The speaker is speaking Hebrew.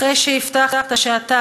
אחרי שהבטחת שאתה,